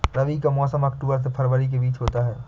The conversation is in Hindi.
रबी का मौसम अक्टूबर से फरवरी के बीच में होता है